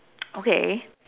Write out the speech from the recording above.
okay